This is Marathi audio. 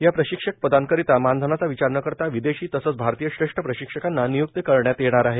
या प्रशिक्षक पदांकरीता मानधनाचा विचार न करता विदेशी तसंच आरतीय श्रेष्ठ प्रशिक्षकांना नियुक्ती देण्यात येईल